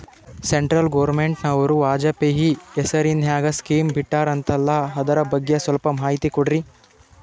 Central ಗವರ್ನಮೆಂಟನವರು ವಾಜಪೇಯಿ ಹೇಸಿರಿನಾಗ್ಯಾ scheme ಬಿಟ್ಟಾರಂತಲ್ಲ ಅದರ ಬಗ್ಗೆ ಸ್ವಲ್ಪ ಮಾಹಿತಿ ಕೊಡ್ರಿ?